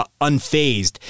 unfazed